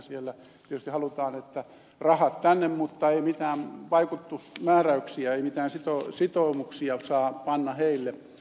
siellä tietysti halutaan että rahat tänne mutta ei mitään määräyksiä ei mitään sitoumuksia saa panna heille